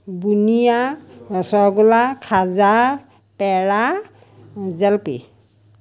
বুন্দিয়া rasgulla khaja peda jalebi